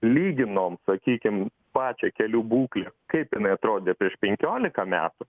lyginom sakykim pačią kelių būklę kaip atrodė prieš penkiolika metų